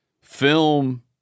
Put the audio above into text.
film